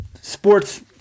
sports